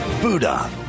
Buddha